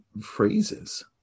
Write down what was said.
phrases